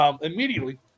immediately